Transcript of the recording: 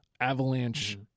Avalanche